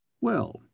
Well